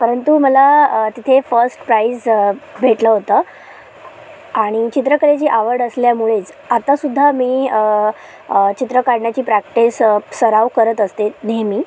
परंतु मला तिथे फर्स्ट प्राइस भेटलं होतं आणि चित्रकलेची आवड असल्यामुळेच आतासुद्धा मी चित्र काढण्याची प्रॅक्टिस सराव करत असते नेहमी